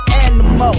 animal